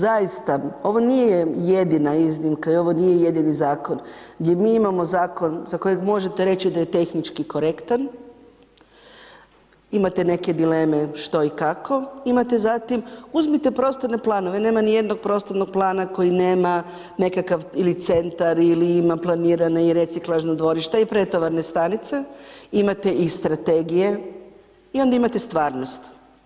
Kolega Grbin, zaista ovo nije jedina iznimka i ovo nije jedini zakon gdje mi imamo zakon za kojeg možete da je tehnički korektan, imate neke dileme što i kako, imate zatim uzmite prostorne planove, nema ni jednog prostornog plana koji nema nekakav ili centar ili ima planirane i reciklažno dvorište i pretovarne stanice, imate i strategije i onda imate stvarnost.